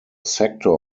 sector